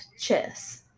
chess